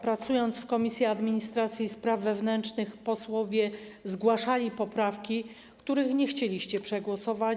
Pracujący w Komisji Administracji i Spraw Wewnętrznych posłowie zgłaszali poprawki, których nie chcieliście przegłosować.